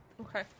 Okay